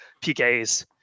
PKs